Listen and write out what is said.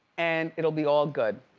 and it'll be all good.